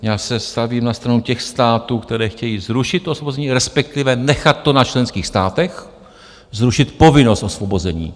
Já se stavím na stranu těch států, které chtějí zrušit osvobození, respektive nechat to na členských státech zrušit povinnost osvobození.